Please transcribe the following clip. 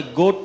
go